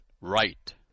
right